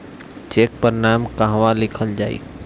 Check पर नाम कहवा लिखल जाइ?